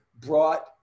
brought